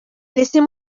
laissez